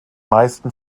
meisten